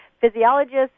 physiologists